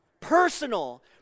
personal